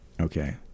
Okay